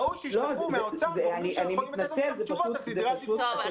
ראוי שישלחו מן האוצר גורמים שיכולים לתת לנו תשובות על סדרי עדיפויות.